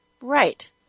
Right